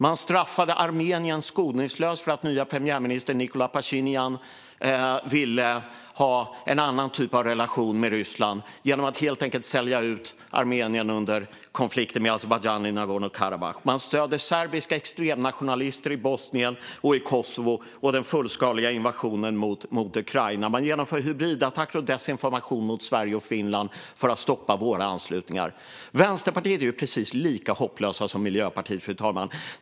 Man straffade Armenien skoningslöst för att nye premiärministern Nikol Pasjinjan ville ha en annan typ av relation till Ryssland genom att helt enkelt sälja ut Armenien under konflikten med Azerbajdzjan i Nagorno-Karabach. Man stöder serbiska extremnationalister i Bosnien och i Kosovo. Vi har den fullskaliga invasionen i Ukraina. Man genomför hybridattacker och desinformation mot Sverige och Finland för att stoppa våra anslutningar. Vänsterpartiet är precis lika hopplösa som Miljöpartiet, fru talman.